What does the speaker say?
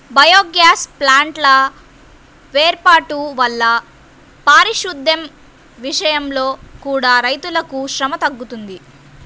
biogas ప్లాంట్ల వేర్పాటు వల్ల పారిశుద్దెం విషయంలో కూడా రైతులకు శ్రమ తగ్గుతుంది